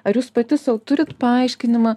ar jūs pati sau turite paaiškinimą